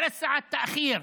שלוש שעות איחור,